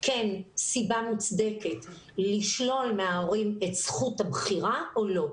כן סיבה מוצדקת לשלול מההורים את זכות הבחירה או לא.